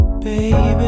baby